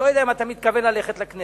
אני לא יודע אם אתה מתכוון ללכת לכנסת,